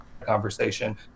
conversation